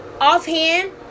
offhand